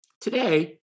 Today